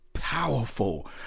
powerful